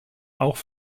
auch